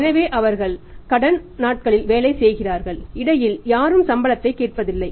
எனவே அவர்கள் கடன் நாட்களில் வேலை செய்கிறார்கள் இடையில் யாரும் சம்பளத்தை கேட்பதில்லை